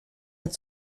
hat